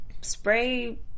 spray